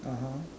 (uh huh)